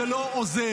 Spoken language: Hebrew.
זה לא עוזר".